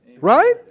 Right